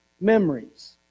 memories